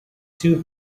two